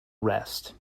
rest